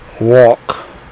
walk